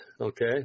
Okay